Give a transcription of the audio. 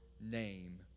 name